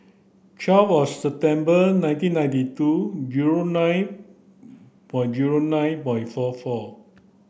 twelve September nineteen ninety two zero nine by zero nine by four four